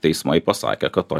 teismai pasakė kad to